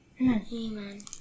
amen